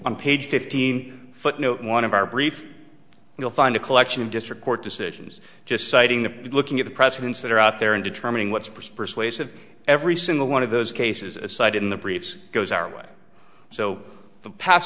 page fifteen footnote one of our brief you'll find a collection of district court decisions just citing the looking at the precedents that are out there and determining what's pretty persuasive every single one of those cases aside in the briefs goes our way so the pas